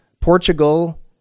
Portugal